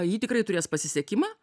ji tikrai turės pasisekimą